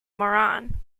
moran